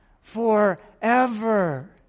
Forever